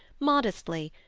modestly,